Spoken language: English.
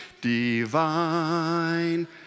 divine